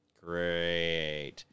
Great